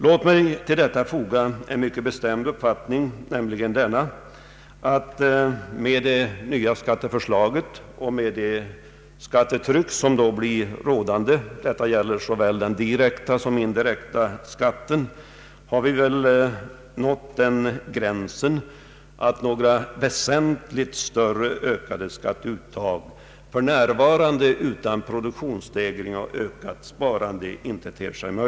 Jag vill tillfoga att det är min mycket bestämda uppfattning att med det nya skatteförslaget och det skattetryck som blir rådande i fråga om såväl den direkta som den indirekta skatten vi har nått den gräns där några väsentligt ökade skatteuttag inte Ang. en reform av beskattningen, m.m. ter sig möjliga utan produktionsstegring och ökat sparande.